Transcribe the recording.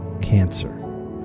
cancer